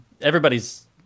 everybody's